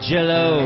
Jello